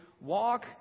walk